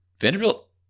Vanderbilt